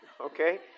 Okay